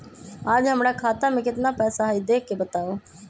आज हमरा खाता में केतना पैसा हई देख के बताउ?